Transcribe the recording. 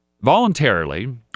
voluntarily